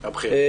הבכירים.